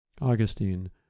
Augustine